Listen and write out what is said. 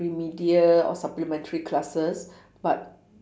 remedial or supplementary classes but